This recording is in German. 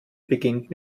beginnt